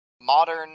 modern